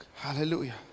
hallelujah